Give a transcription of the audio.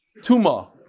Tuma